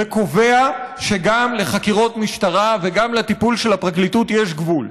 וקובע שגם לחקירות משטרה וגם לטיפול של הפרקליטות יש גבול.